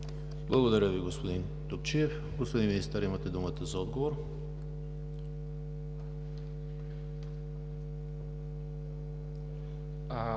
Благодаря Ви, господин Антонов. Господин Министър, имате думата за отговор.